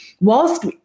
Whilst